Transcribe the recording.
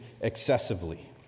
excessively